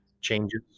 changes